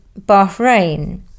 Bahrain